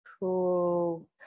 cool